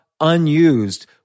unused